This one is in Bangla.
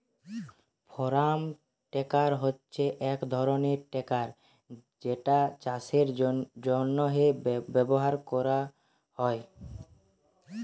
ফারাম টেরাক হছে ইক ধরলের টেরাক যেট চাষের জ্যনহে ব্যাভার ক্যরা হয়